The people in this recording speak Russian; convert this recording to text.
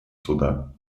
суда